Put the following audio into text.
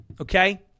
okay